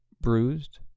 Bruised